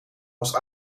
was